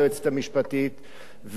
היועצת המשפטית,